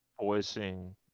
voicing